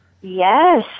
Yes